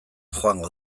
joango